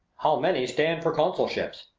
how many stand for consulships?